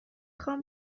خوام